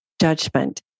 judgment